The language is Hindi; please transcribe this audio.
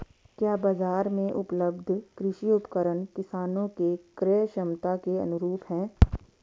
क्या बाजार में उपलब्ध कृषि उपकरण किसानों के क्रयक्षमता के अनुरूप हैं?